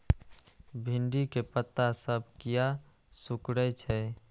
भिंडी के पत्ता सब किया सुकूरे छे?